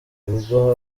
ubwo